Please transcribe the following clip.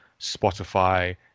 Spotify